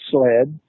Sled